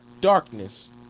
darkness